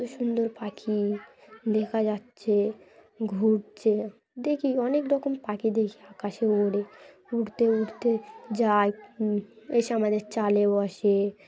এত সুন্দর পাখি দেখা যাচ্ছে ঘুরছে দেখি অনেক রকম পাখি দেখি আকাশে উড়ে উড়তে উড়তে যায় এসে আমাদের চালে বসে